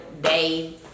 day